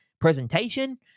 presentation